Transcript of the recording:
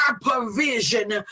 provision